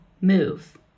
move